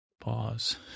Pause